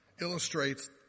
illustrates